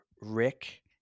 Rick